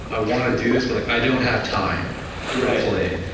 i want to do this but like i don't have time to play.